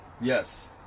Yes